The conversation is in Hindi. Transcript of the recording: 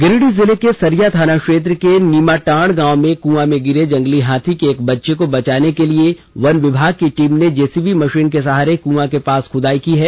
गिरिडीह जिले के सरिया थाना क्षेत्र के निमाटांड़ गाँव में क्ऑ मे गिरे जंगली हाथी के एक बच्चे को बचाने के लिए वन विभाग की टीम ने जेसीबी मशीन के सहारे कँआ के पास खुदाई की है